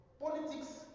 Politics